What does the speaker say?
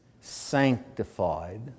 sanctified